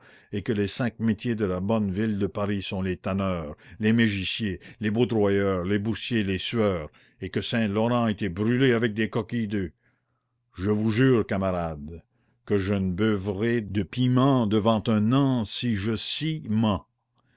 et que les cinq métiers de la bonne ville de paris sont les tanneurs les mégissiers les baudroyeurs les boursiers et les sueurs et que saint laurent a été brûlé avec des coquilles d'oeufs je vous jure camarades que je ne beuvrai de piment devant un an si je